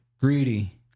Greedy